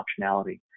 optionality